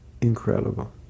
incredible